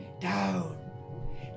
down